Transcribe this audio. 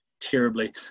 terribly